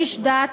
איש דת